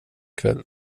kväll